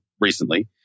recently